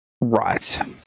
Right